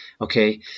Okay